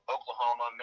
Oklahoma